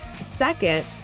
Second